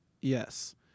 Yes